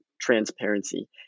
transparency